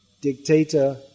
dictator